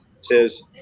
says